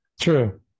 True